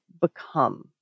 become